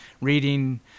reading